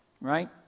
right